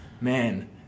man